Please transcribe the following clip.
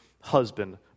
husband